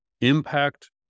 impact